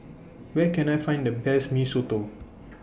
Where Can I Find The Best Mee Soto